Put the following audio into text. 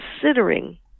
considering